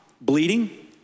bleeding